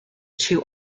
two